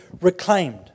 reclaimed